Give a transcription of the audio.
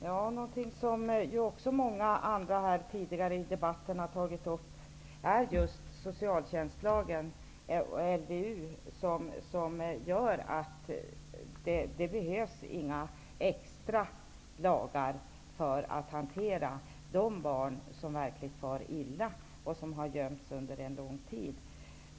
Herr talman! Många andra har tagit upp tidigare i debatten att just socialtjänstlagen och LVU gör att det inte behövs några extra lagar för att hantera de barn som verkligen far illa och som har gömts under en lång tid.